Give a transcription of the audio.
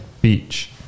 Beach